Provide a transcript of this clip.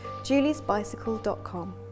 juliesbicycle.com